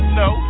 no